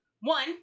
One